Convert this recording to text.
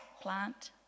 plant